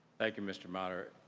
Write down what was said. thank you, mr. moderator.